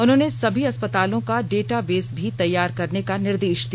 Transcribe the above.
उन्होंने सभी अस्पतालों का डेटा बेस भी तैयार करने का निर्देश दिया